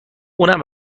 اونم